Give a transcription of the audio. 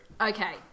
Okay